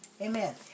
Amen